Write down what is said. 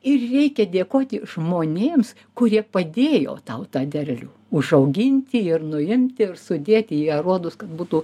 ir reikia dėkoti žmonėms kurie padėjo tau tą derlių užauginti ir nuimti ir sudėti į aruodus kad būtų